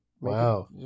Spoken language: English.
Wow